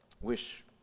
Wish